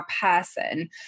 person